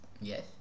Yes